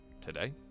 today